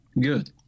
good